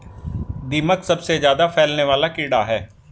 दीमक सबसे ज्यादा फैलने वाला कीड़ा है